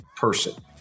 person